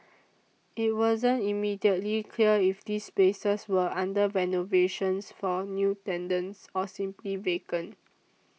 it wasn't immediately clear if these spaces were under renovations for new tenants or simply vacant